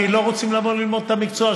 כי לא רוצים לבוא ללמוד את המקצוע,